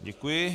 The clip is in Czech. Děkuji.